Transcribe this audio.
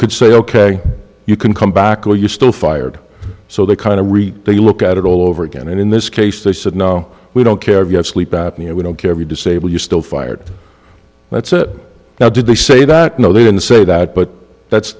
could say ok you can come back or you still fired so they kind of they look at it all over again and in this case they said no we don't care if you have sleep apnea we don't care if you disable you still fired that's a now did they say that no they didn't say that but that's